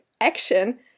action